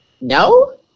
No